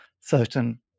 certain